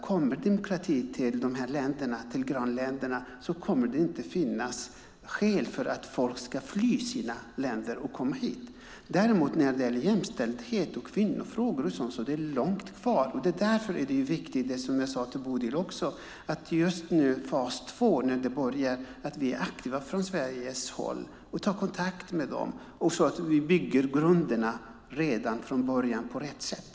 Kommer demokratin till de här länderna, till grannländerna, kommer det inte att finnas skäl för att folk ska fly från sina länder och komma hit. När det gäller jämställdhet och kvinnofrågor är det däremot långt kvar. Därför är det viktigt - jag sade det till Bodil också - att vi just nu är i fas två, när vi börjar vara aktiva från Sveriges håll och tar kontakt med dem, så att vi bygger grunderna redan från början på rätt sätt.